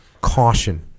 caution